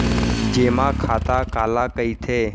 जेमा खाता काला कहिथे?